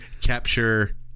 capture